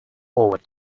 forward